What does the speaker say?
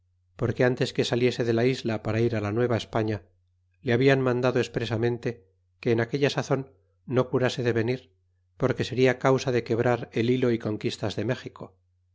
porque antes que saliese de la isla para ir á la nueva españa lo habian mandado expresamente que en aquella sazon no curase de venir porque seria causa de quebrar el hilo y conquistas de méxico